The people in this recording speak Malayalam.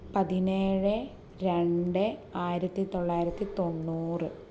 പതിനേഴ് രണ്ട് ആയിരത്തി തൊള്ളായിരത്തി തൊണ്ണൂറ്